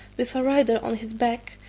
with a rider on his back,